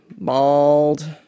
bald